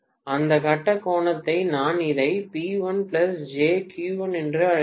அந்த கட்ட கோணத்தை நான் இதை P1 jQ1 என்று அழைக்கிறேன்